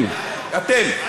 כן, אתם.